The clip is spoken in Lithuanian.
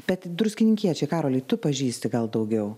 bet druskininkiečiai karoli tu pažįsti gal daugiau